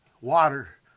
water